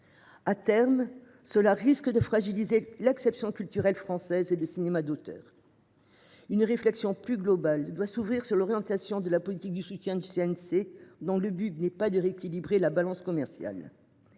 À terme, cette évolution risque de fragiliser l’exception culturelle française et le cinéma d’auteur. Une réflexion plus globale doit s’ouvrir sur l’orientation de la politique de soutien du CNC, dont le but ne saurait être de rééquilibrer la balance commerciale.